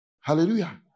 Hallelujah